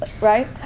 right